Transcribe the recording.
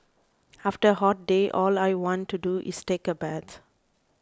after a hot day all I want to do is take a bath